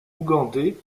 ougandais